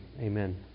Amen